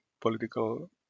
political